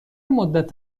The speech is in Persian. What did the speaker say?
مدت